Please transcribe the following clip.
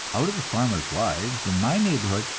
out of the farmers' wives in my neighborhood,